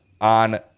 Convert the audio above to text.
on